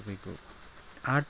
तपाईँको आठ